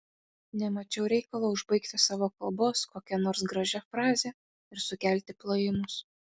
nemačiau reikalo užbaigti savo kalbos kokia nors gražia fraze ir sukelti plojimus